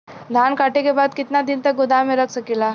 धान कांटेके बाद कितना दिन तक गोदाम में रख सकीला?